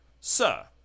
Sir